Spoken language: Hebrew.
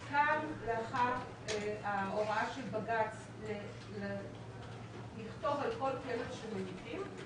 בעיקר לאחר ההוראה של בג"צ לכתוב על כל כלב שממיתים,